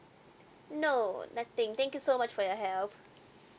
no nothing thank you so much for your help